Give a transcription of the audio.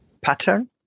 pattern